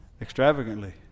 Extravagantly